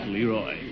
Leroy